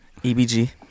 EBG